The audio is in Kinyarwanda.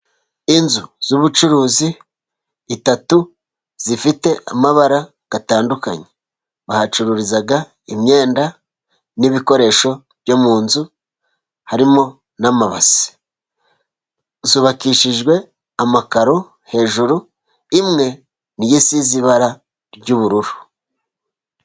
Inzu z'ubucuruzi eshatu ,zifite amabara gatandukanye, bahacururiza imyenda n'ibikoresho byo mu nzu, harimo n'amabasi. Zubakishijwe amakaro, hejuru imwe niyo isize ibara ry'ubururu.